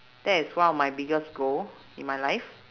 that is one of my biggest goal in my life